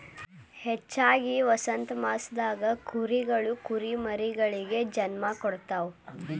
ಹೆಚ್ಚಾಗಿ ವಸಂತಮಾಸದಾಗ ಕುರಿಗಳು ಕುರಿಮರಿಗೆ ಜನ್ಮ ಕೊಡ್ತಾವ